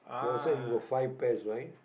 your side you got five pears right